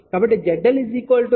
కాబట్టి zL 0